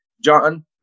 John